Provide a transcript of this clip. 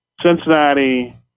Cincinnati